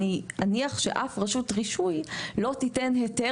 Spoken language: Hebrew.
אני אניח שאף רשות רישוי לא תיתן היתר